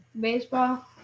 Baseball